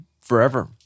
forever